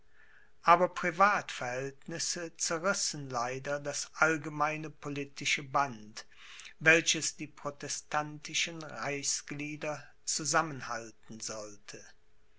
aber privatverhältnisse zerrissen leider das allgemeine politische band welches die protestantischen reichsglieder zusammenhalten sollte